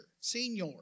senior